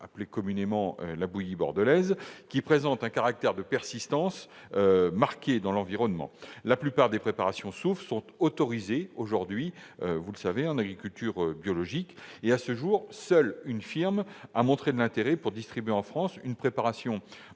bouillie communément appelée bordelaise -, qui présente un caractère de persistance marqué dans l'environnement. La plupart des préparations soufrées sont autorisées en agriculture biologique. À ce jour, une seule firme a montré de l'intérêt pour distribuer en France une préparation